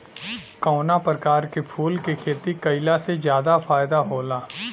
कवना प्रकार के फूल के खेती कइला से ज्यादा फायदा होला?